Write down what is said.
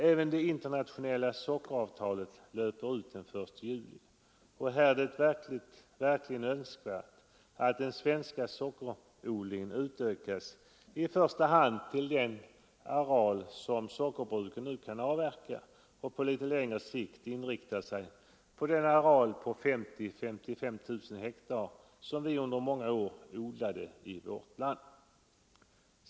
Även det internationella sockeravtalet löper ut den 1 juli, och här är det verkligen önskvärt att den svenska sockerodlingen utökas, i första hand till den areal som sockerbruken nu kan avverka, och på sikt inriktar sig på den areal på 50 000—55 000 hektar som under många år odlades i vårt land.